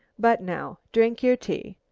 but now drink your tea.